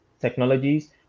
technologies